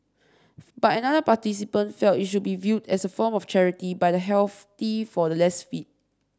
but another participant felt it should be viewed as a form of charity by the healthy for the less fit